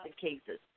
cases